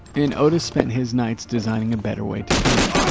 and otis spent his nights designing a better way to do it.